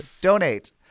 donate